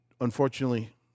unfortunately